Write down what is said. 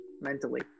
mentally